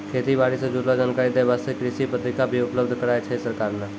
खेती बारी सॅ जुड़लो जानकारी दै वास्तॅ कृषि पत्रिका भी उपलब्ध कराय छै सरकार नॅ